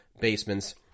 basements